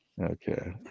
okay